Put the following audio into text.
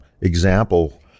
Example